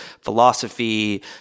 philosophy